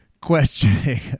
questioning